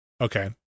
okay